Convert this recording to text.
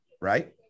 Right